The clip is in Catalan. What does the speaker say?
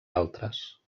altres